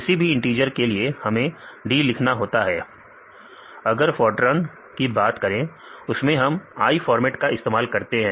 किसी भी इंटिजर के लिए हमें d लिखना होता है अगर फॉरटर्न की बात करें उसमें हम आई फॉर्मेट का इस्तेमाल करते हैं